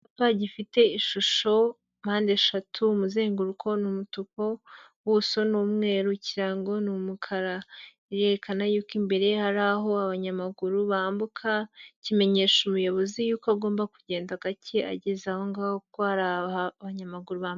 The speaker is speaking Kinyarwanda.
Icyapa gifite ishusho mpandeshatu umuzenguruko n,umutuku ubuso n'umweru ikirango n,umukara kirerekana yuko imbere hari aho abanyamaguru bambuka kimenyesha umuyobozi yuko agomba kugenda gake ageze aho ngaho ko hari abanyamaguru babiri.